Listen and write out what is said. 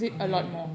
okay